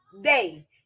day